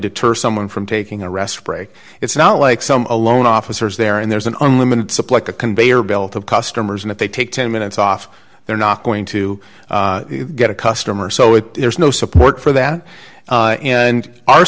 deter someone from taking a rest break it's not like some alone officers there and there's an unlimited supply conveyor belt of customers and if they take ten minutes off they're not going to get a customer so it has no support for that and our